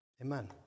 Amen